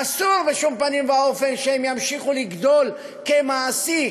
אסור בשום פנים ואופן שהן ימשיכו לגדול כמעסיק,